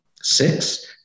six